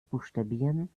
buchstabieren